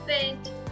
fit